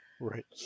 right